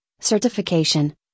certification